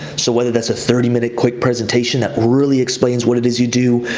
so whether that's a thirty minute quick presentation, that really explains what it is you do.